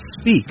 speak